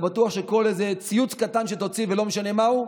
אתה בטוח שכל איזה ציוץ קטן שתוציא ולא משנה מהו,